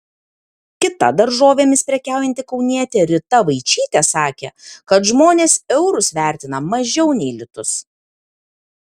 kita daržovėmis prekiaujanti kaunietė rita vaičytė sakė kad žmonės eurus vertina mažiau nei litus